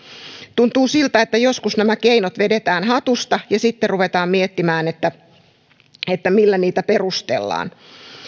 tuntuu siltä että joskus nämä keinot vedetään hatusta ja sitten ruvetaan miettimään millä niitä perustellaan